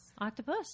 Octopus